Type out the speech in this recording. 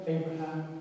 Abraham